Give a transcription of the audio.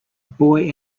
boy